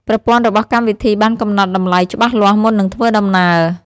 ប្រព័ន្ធរបស់កម្មវិធីបានកំណត់តម្លៃច្បាស់លាស់មុននឹងធ្វើដំណើរ។